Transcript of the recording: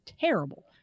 terrible